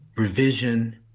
revision